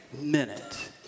minute